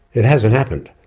it hasn't happened,